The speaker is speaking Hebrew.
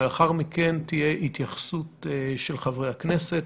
ולאחר מכן תהיה התייחסות של חברי הכנסת.